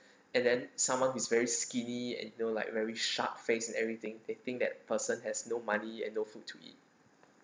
and then someone who is very skinny and you know like very sharp face and everything they think that person has no money and no food to eat